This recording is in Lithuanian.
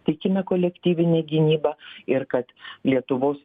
tikime kolektyvine gynyba ir kad lietuvos